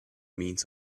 means